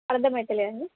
అర్థమవ్వట్లేదండి